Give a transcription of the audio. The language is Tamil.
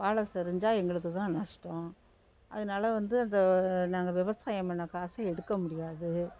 வாழை சரிஞ்சா எங்களுக்கு தான் நஷ்டம் அதனால வந்து அந்த நாங்கள் விவசாயம் பண்ண காசை எடுக்க முடியாது